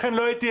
לכן לא הייתי,